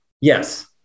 Yes